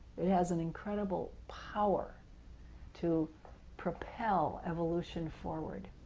it has an incredible power to propel evolution forward,